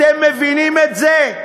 אתם מבינים את זה,